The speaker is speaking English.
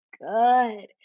good